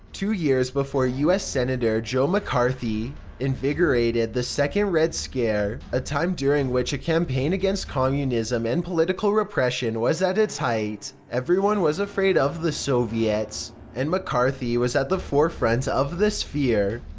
two years before u s. senator joe mccarthy invigorated the second red scare, a time during which a campaign against communism and political repression was at its height. everyone was afraid of the soviets, and mccarthy was at the forefront of this fear.